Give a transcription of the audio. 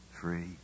free